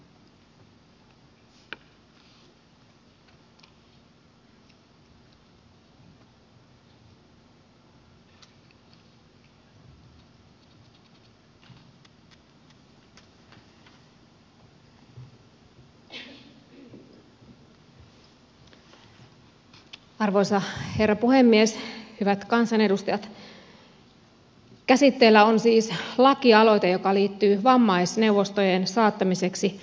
käsitteillä on siis lakialoite joka liittyy vammaisneuvostojen saattamiseksi lakisääteisiksi